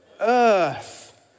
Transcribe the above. earth